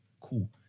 Cool